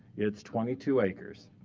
it's twenty two acres.